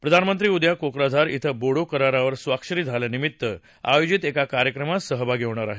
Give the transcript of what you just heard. प्रधानमंत्री उद्या बोडो करारावर स्वाक्षरी झाल्यानिमित्त आयोजित एका कार्यक्रमात सहभागी होणार आहेत